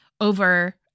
over